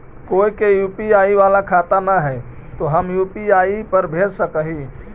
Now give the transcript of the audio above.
कोय के यु.पी.आई बाला खाता न है तो हम यु.पी.आई पर भेज सक ही?